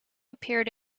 appeared